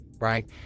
Right